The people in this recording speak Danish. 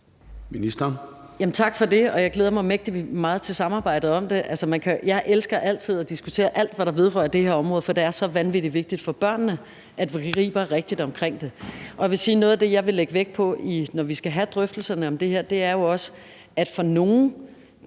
Tak for det, og jeg glæder mig mægtig meget til samarbejdet om det. Jeg elsker altid at diskutere alt, hvad der vedrører det her område, for det er så vanvittig vigtigt for børnene, at vi griber det rigtigt an. Og jeg vil sige, at noget af det, jeg vil lægge vægt på, når vi skal have drøftelserne om det her, er, at for nogle